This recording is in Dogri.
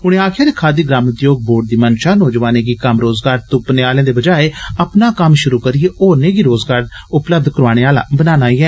उनें आक्खेआ जे खादी ग्रामोद्योग बोर्ड दी मंशा नोजवानें गी कम्म रोज़गार तुप्पने आले दे बजाए अपना कम्म शुरु करिए होरनें गी रोज़गार उपलब्ध कराने आला बनाना ऐ